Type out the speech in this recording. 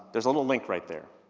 there's a little link right there.